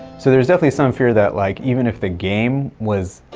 so there's definitely some fear that like, even if the game was,